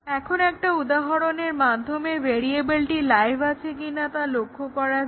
এখন একটা উদাহরণের মাধ্যমে ভেরিয়েবলটি লাইভ রয়েছে কিনা তা লক্ষ্য করা যাক